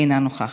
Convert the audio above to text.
אינה נוכחת.